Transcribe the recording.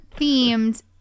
themed